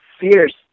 fierce